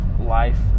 life